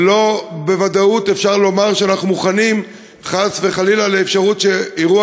ולא בוודאות אפשר לומר שאנחנו מוכנים חס וחלילה לאפשרות שאירוע